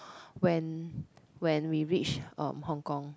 when when we reach um Hong-Kong